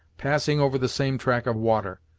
passing over the same track of water.